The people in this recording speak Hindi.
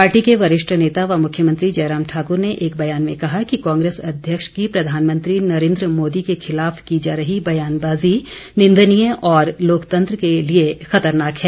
पार्टी के वरिष्ठ नेता व मुख्यमंत्री जयराम ठाकर ने एक बयान में कहा कि कांग्रेस अध्यक्ष की प्रधानमंत्री नरेन्द्र मोदी के खिलाफ की जा रही बयानबाजी निंदनीय और लोकतंत्र के लिए खतरनाक है